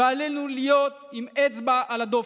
ועלינו להיות עם אצבע על הדופק.